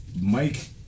Mike